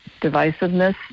divisiveness